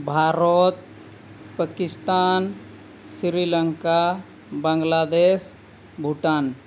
Bharat Pakistan Sri Lanka Bangladesh Bhutan